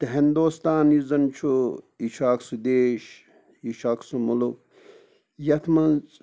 تہٕ ہِندوستان یُس زَن چھُ یہِ چھُ اَکھ سُہ دیش یہِ چھُ اَکھ سُہ مُلُک یَتھ منٛز